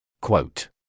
Quote